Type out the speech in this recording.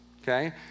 Okay